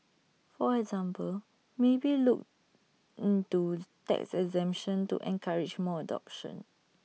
for example maybe look into tax exemption to encourage more adoption